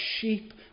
sheep